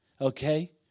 Okay